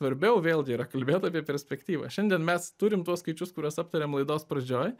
svarbiau vėlgi yra kalbėt apie perspektyvą šiandien mes turim tuos skaičius kuriuos aptarėm laidos pradžioj